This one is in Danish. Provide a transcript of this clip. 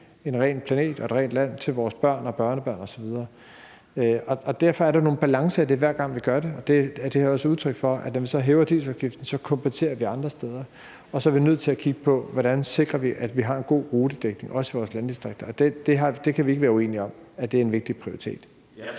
en ren planet og et rent land til vores børn og børnebørn osv. Hver gang, vi gør det, rører vi nogle balancer i det. Det er også udtryk for, at når vi så hæver dieselafgiften, kompenserer vi andre steder. Vi er nødt til at kigge på, hvordan vi sikrer, at vi har en god rutedækning, også i vores landdistrikter – vi kan ikke være uenige om, at det er en vigtig prioritet.